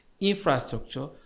infrastructure